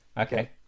Okay